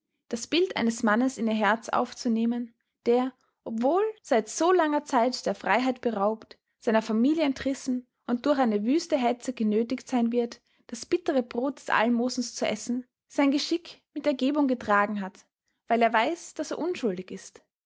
das bild eines mannes in ihr herz aufzunehmen der obwohl wohl seit so langer zeit der freiheit beraubt seiner familie entrissen und durch eine wüste hetze genötigt sein wird das bittere brot des almosens zu essen sein geschick mit ergebung getragen hat weil er weiß daß er unschuldig ist